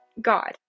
God